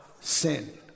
sin